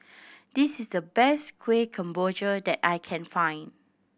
this is the best Kueh Kemboja that I can find